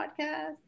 Podcast